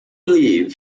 leave